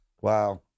Wow